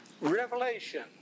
Revelation